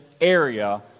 area